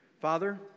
Father